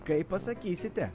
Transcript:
kaip pasakysite